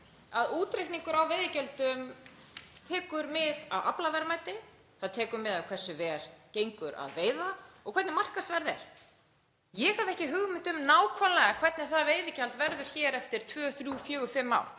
að útreikningur á veiðigjöldum tekur mið af aflaverðmæti. Það tekur mið af því hversu vel gengur að veiða og hvernig markaðsverð er. Ég hef ekki hugmynd um það nákvæmlega hvernig það veiðigjald verður eftir tvö, þrjú,